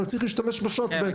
אבל צריך להשתמש בשוט --- כן,